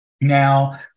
Now